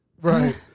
right